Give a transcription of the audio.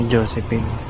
Josephine